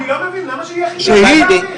אני לא מבין, למה שיהיה חיסיון על התהליך?